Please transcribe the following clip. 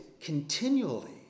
continually